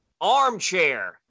armchair